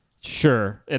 Sure